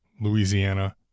Louisiana